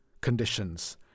conditions